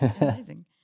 Amazing